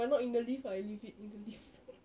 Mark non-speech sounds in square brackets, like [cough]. but not in the lift ah I leave it in the lift [laughs]